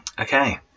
Okay